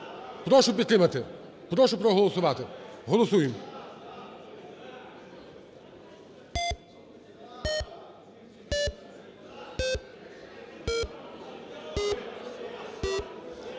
Прошу підтримати, прошу проголосувати. Голосуємо.